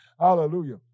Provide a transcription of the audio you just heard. Hallelujah